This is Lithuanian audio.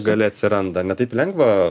galia atsiranda ne taip lengva